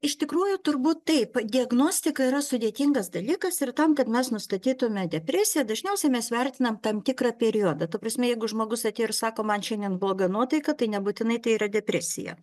iš tikrųjų turbūt taip diagnostika yra sudėtingas dalykas ir tam kad mes nustatytume depresiją dažniausiai mes vertinam tam tikrą periodą ta prasme jeigu žmogus atėjo ir sako man šiandien bloga nuotaika tai nebūtinai tai yra depresija